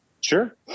Sure